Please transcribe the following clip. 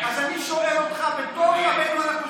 אז אני שואל אותך, "בתוך עמינו אנחנו יושבים"